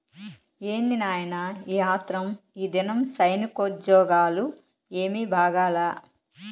ఏంది నాయినా ఈ ఆత్రం, ఈదినం సైనికోజ్జోగాలు ఏమీ బాగాలా